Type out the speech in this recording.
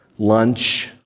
Lunch